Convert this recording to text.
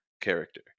character